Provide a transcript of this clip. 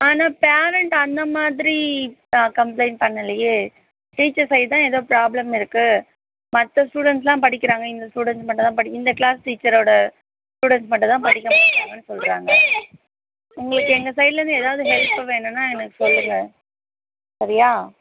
ஆனால் பேரன்ட் அந்த மாதிரி கம்ப்ளைண்ட் பண்ணலையே டீச்சர் சைட் தான் ஏதோ ப்ராப்ளம் இருக்குது மற்ற ஸ்டுடென்ட்ஸெலாம் படிக்கிறாங்க இந்த ஸ்டுடென்ட்ஸ் மட்டும் தான் படிக் இந்த க்ளாஸ் டீச்சரோடய ஸ்டுடென்ட்ஸ் மட்டும் தான் படிக்க மாட்டேறாங்கனு சொல்கிறாங்க உங்களுக்கு எங்க சைட்லருந்து ஏதாவது ஹெல்ப்பு வேணுனால் எனக்கு சொல்லுங்க சரியா